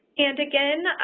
and again,